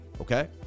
Okay